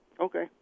Okay